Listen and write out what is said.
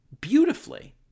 beautifully